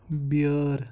بیٲر